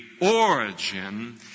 origin